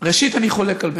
ראשית, אני חולק על בצלאל.